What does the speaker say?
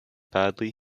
badly